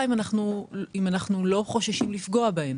היא אם אנחנו לא חוששים לפגוע בהן.